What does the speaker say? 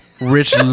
rich